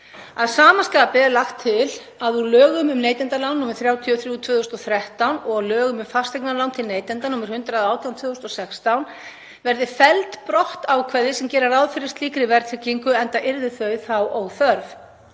Að sama skapi er lagt til að úr lögum um neytendalán, nr. 33/2013, og lögum um fasteignalán til neytenda, nr. 118/2016, verði felld brott ákvæði sem gera ráð fyrir slíkri verðtryggingu enda yrðu þau þá óþörf.